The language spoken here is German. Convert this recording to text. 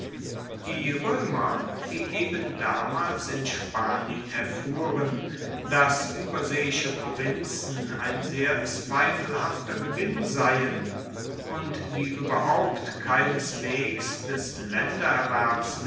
die roemer die eben damals in spanien erfuhren dass ueberseeische provinzen ein sehr zweifelhafter gewinn seien und die ueberhaupt keineswegs des